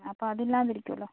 അപ്പം അത് ഇല്ലാതിരിക്കുമല്ലോ